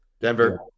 Denver